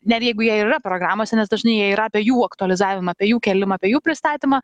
net jeigu jie ir yra programose nes dažnai jie yra apie jų aktualizavimą apie jų kėlimą apie jų pristatymą